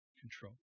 control